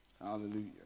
Hallelujah